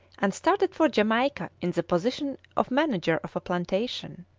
and started for jamaica in the position of manager of a plantation.